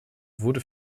wurde